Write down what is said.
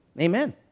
Amen